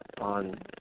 on